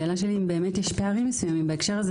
השאלה שלי אם יש פערים מסוימים בהקשר הזה